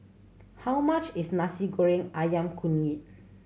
how much is Nasi Goreng Ayam Kunyit